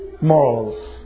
morals